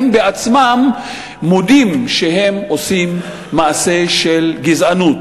הם עצמם מודים שהם עושים מעשה של גזענות,